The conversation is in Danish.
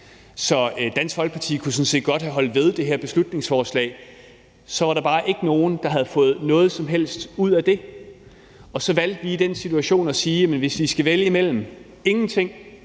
Så Dansk Folkeparti kunne sådan set godt have holdt ved det her beslutningsforslag. Så var der bare ikke nogen, der havde fået noget som helst ud af det. Og så valgte vi i den situation at sige: Men hvis vi skal vælge imellem ingenting